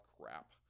crap